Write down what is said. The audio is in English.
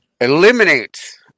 Eliminate